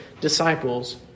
disciples